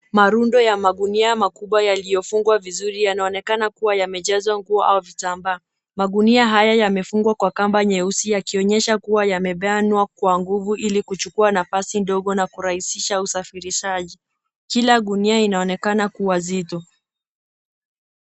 Marundo ya magunia makubwa yaliyofungwa vizuri yanaonekana kuwa yamejazwa nguo au vitambaa. Magunia haya yamefungwa na kamba nyeusi yakionyesha kuwa yamebanwa kwa nguvu ili kuchukuwa nafasi ndogo na kurahisisha usafirishaji. Kila gunia inaonekana kuwa zito.